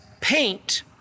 paint